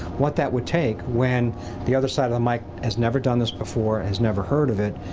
what that would take, when the other side of the mic has never done this before, has never heard of it,